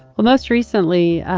well, most recently,